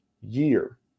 year